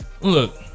Look